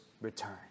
return